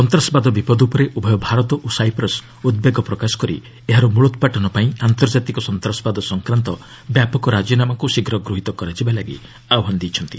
ସନ୍ତାସବାଦ ବିପଦ ଉପରେ ଉଭୟ ଭାରତ ଓ ସାଇପ୍ରସ୍ ଉଦ୍ବେଗ ପ୍ରକାଶ କରି ଏହାର ମ୍ଚଳୋତ୍ପାଟନ ପାଇଁ ଆନ୍ତର୍ଜାତିକ ସନ୍ତାସବାଦ ସଂକ୍ରାନ୍ତ ବ୍ୟାପକ ରାଜିନାମାକୁ ଶୀଘ୍ର ଗୃହୀତ କରାଯିବା ଲାଗି ଆହ୍ୱାନ ଦେଇଛନ୍ତି